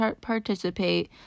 participate